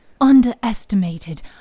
underestimated